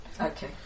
Okay